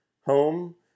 home